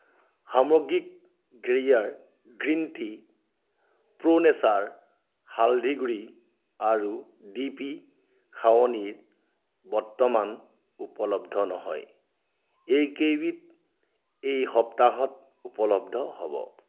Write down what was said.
সামগ্ৰী Gaia green tea pro nature হালধি গুড়ি আৰু ডিপি খাৱনিৰ বৰ্তমান উপলব্ধ নহয় এইকেইবিধ এই সপ্তাহত উপলব্ধ হ'ব